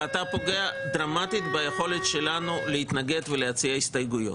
ואתה פוגע דרמטית ביכולת שלנו להתנגד ולהציע הסתייגויות.